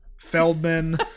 Feldman